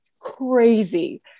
crazy